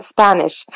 Spanish